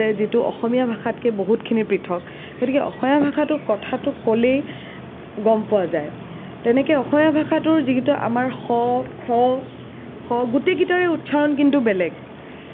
যিটো অসমীয়া ভাষাতকৈ বহুতখিনি পৃথক গতিকে অসমীয়া ভাষাটো কথাটো ক'লেই গম পোৱা যায় তেনেকৈ অসমীয়া ভাষাটোৰ যিটো আমাৰ স ষ শ গোটেইকেইটাৰে উচ্চাৰণ কিন্তু বেলেগ